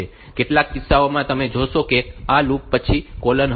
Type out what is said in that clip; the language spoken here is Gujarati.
કેટલાક કિસ્સાઓમાં તમે જોશો કે આ લૂપ પછી કોલોન હશે